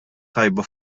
tajba